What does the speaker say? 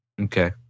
Okay